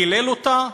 קילל אותה,